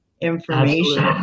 information